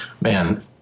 Man